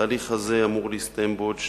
התהליך הזה אמור להסתיים בעוד שנתיים.